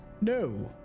No